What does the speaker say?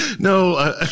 No